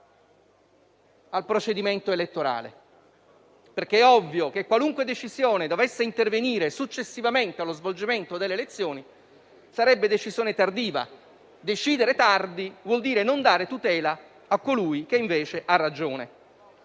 al procedimento elettorale. È ovvio, infatti, che qualunque decisione dovesse intervenire successivamente allo svolgimento delle elezioni sarebbe tardiva. Decidere tardi vuol dire non dare tutela a colui che invece ha ragione.